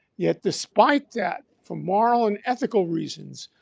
yet despite that, for moral and ethical reasons,